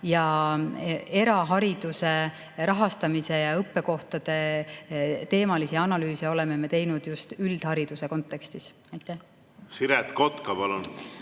Erahariduse rahastamise ja õppekohtade teemalisi analüüse oleme me aga teinud just üldhariduse kontekstis. Siret Kotka, palun!